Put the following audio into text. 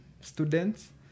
students